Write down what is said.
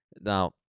Now